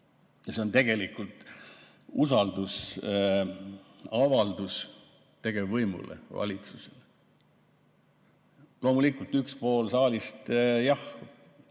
See on tegelikult usaldusavaldus tegevvõimule, valitsusele. Loomulikult üks pool saalist, jah,